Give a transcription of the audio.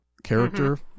character